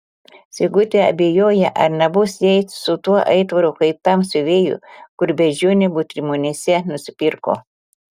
sigutė abejoja ar nebus jai su tuo aitvaru kaip tam siuvėjui kur beždžionę butrimonyse nusipirko